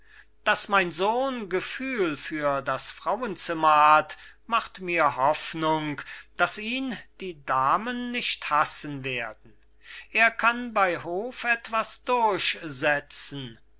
wurm daß mein sohn gefühl für das frauenzimmer hat macht mir hoffnung daß ihn die damen nicht hassen werden er kann bei hof etwas durchsetzen